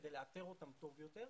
כדי לאתר אותם טוב יותר,